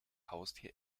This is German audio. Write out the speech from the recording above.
haustier